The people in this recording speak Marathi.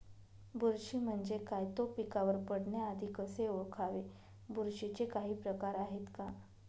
बुरशी म्हणजे काय? तो पिकावर पडण्याआधी कसे ओळखावे? बुरशीचे काही प्रकार आहेत का?